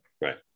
right